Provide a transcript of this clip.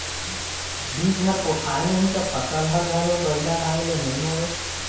बिज हर पोठाय नही त फसल हर घलो बड़िया ढंग ले नइ होवे